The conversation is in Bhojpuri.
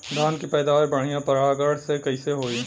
धान की पैदावार बढ़िया परागण से कईसे होई?